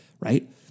right